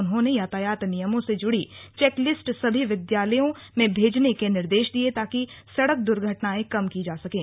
उन्होंने यातायात नियमों से जुड़ी चेक लिस्ट सभी विद्यालयों में भेजने के निर्देश दिये ताकि सड़क द्र्घटनाएं कम की जा सकें